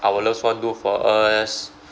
our loved ones do for us